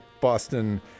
Boston